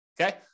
Okay